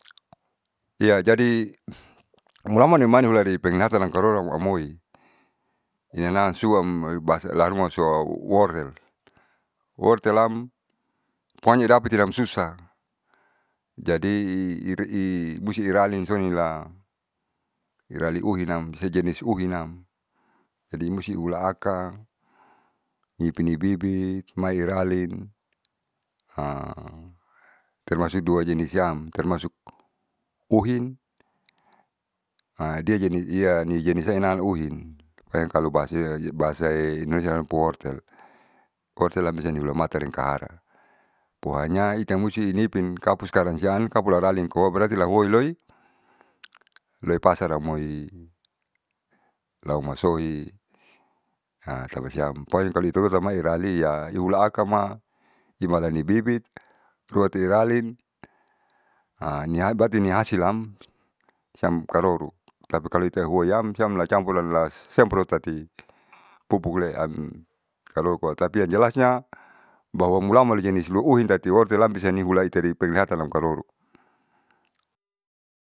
Iya jadi mulaman iumani penglihatan am karoro amoi inansuan bahasa laharimaso wortel. Wortelam pokonya idapati idapati susah jadi ira imusti iraling sonila iraliuhinam sejenis uhinam jadi musti ula akang nipinibibit mairalin termasuk dua jenis am termasuk uhin iajenis sayanam uhin makanya kalo bahasae bahasa indonesiaan wortel. Wortel ambuamata nikahara pokonya ita musti inipin kapu sakarang sian kapu lalin koa bearti lahuiloi loipasar amoi laumasohi hatapasiam pokomya kalu iterutamairalia lihulakama himalani bibit ruati iralin berarti ni hasilam siam karoro tapi kalo itehoiam lacampur lasemprot tati pupukle am karoro koa tpi yang jelasnya bahwa mulaman jenis luurin tati wortelam bisaniulaiteri penglihatanam karoro.